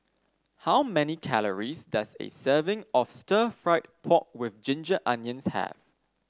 how many calories does a serving of Stir Fried Pork with Ginger Onions have